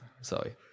sorry